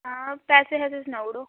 हां पैसे बारै सनाउड़ो